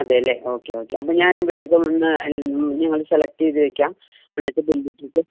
അതെ അല്ലെ okay okay അപ്പോൾ ഞാൻ വേഗം ഒന്ന് ഞങ്ങള് എന്നിട്ട് സെലക്ട് ചെയ്ത് വയ്ക്കാം എന്നിട്ട് ബിൽ അടിപ്പിച്ചൊ